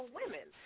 women